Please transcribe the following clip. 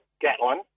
Gatlin